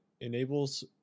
enables